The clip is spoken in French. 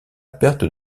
perte